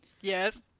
Yes